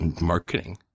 marketing